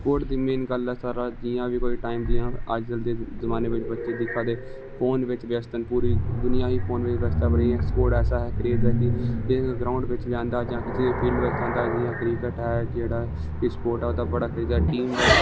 sports दी मेन गल्ल ऐ सर जियां बी कोई टाइम अजकल दे जमाने बिच बच्चा दिक्खा दे फोन बिच ब्यस्त ना पूरी दुनिया गै फोन बिच ब्यस्त ऐ बड़ी स्पोटस ऐसा क्रेज है कि किसे ग्राउंड बिच लेई आंदा जां किसे फील्ड बिच लेई आंदा जेहड़ा बी स्पोट ऐ ओहदा बड़ा क्रेज ऐ